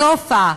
סופה ורוברט,